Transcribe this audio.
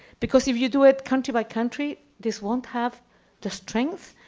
because if you do it country by country this won't have the strength,